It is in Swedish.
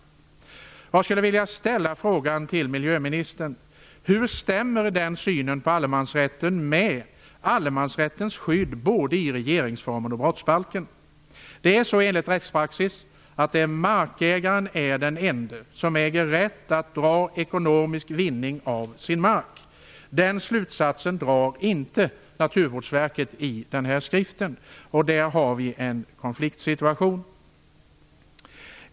Jag skulle vilja fråga miljöministern: Hur stämmer den synen på allmansrätten med ägarrättens skydd både i regeringsformen och i brottsbalken? Enligt rättspraxis är markägaren den ende som äger rätt att dra ekonomisk vinning av sin mark. Den slutsatsen drar inte Naturvårdsverket i sin skrift, och där har vi en konfliktsituation.